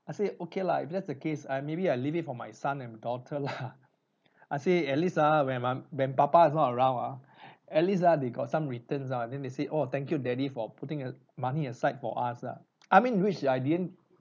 I say okay lah if that's the case I maybe I leave it for my son and daughter lah I say at least ah when I'm when papa is not around ah at least ah they got some returns ah then they say oh thank you daddy for putting a money aside for us lah I mean which I didn't